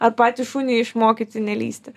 ar patys šunį išmokyti nelįsti